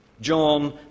John